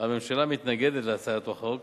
הממשלה מתנגדת להצעת החוק,